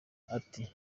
ati